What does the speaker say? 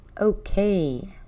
Okay